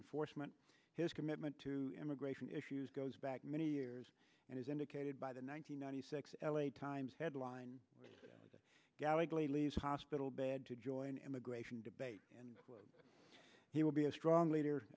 enforcement his commitment to immigration issues goes back many years and has indicated by the nine hundred ninety six l a times headline that gallantly leaves hospital bed to join immigration debate and he will be a strong leader